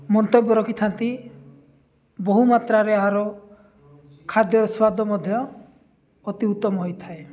ମନ୍ତବ୍ୟ ରଖିଥାନ୍ତି ବହୁମାତ୍ରାରେ ଏହାର ଖାଦ୍ୟର ସ୍ଵାଦ ମଧ୍ୟ ଅତି ଉତ୍ତମ ହୋଇଥାଏ